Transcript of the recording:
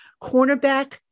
cornerback